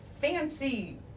fancy